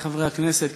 חברי חברי הכנסת,